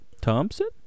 Thompson